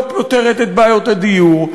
לא פותרת את בעיות הדיור,